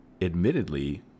admittedly